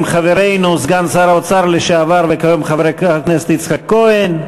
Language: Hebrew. חברנו סגן שר האוצר לשעבר וכיום חבר הכנסת יצחק כהן,